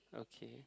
okay